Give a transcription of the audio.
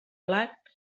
blat